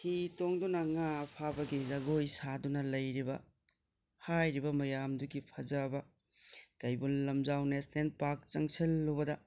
ꯍꯤ ꯇꯣꯡꯗꯨꯅ ꯉꯥ ꯐꯥꯕꯒꯤ ꯖꯒꯣꯏ ꯁꯥꯗꯨꯅ ꯂꯩꯔꯤꯕ ꯍꯥꯏꯔꯤꯕ ꯃꯌꯥꯝꯗꯨꯒꯤ ꯐꯖꯕ ꯀꯩꯕꯨꯜ ꯂꯝꯖꯥꯎ ꯅꯦꯁꯅꯦꯜ ꯄꯥꯔꯛ ꯆꯪꯁꯤꯟꯂꯨꯕꯗ